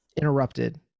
interrupted